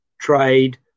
trade